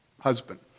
husband